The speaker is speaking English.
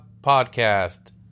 podcast